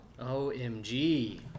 OMG